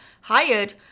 hired